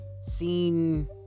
seen